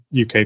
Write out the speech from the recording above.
UK